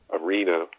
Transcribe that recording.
arena